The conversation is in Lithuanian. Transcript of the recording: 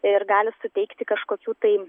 ir gali suteikti kažkokių tai